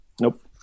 Nope